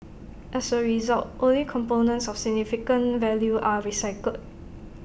as A result only components of significant value are recycled